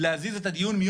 חברי